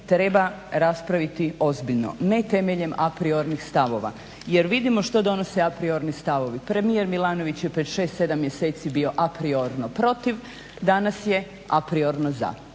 treba raspraviti ozbiljno, ne temeljem apriornih stavova, jer vidimo što donose apriorni stavovi. Premijer Milanović je prije 6, 7 mjeseci bio apriorno protiv, danas je apriorno za.